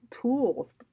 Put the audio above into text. tools